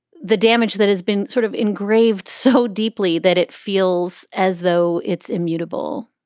the damage that has been sort of engraved so deeply that it feels as though it's immutable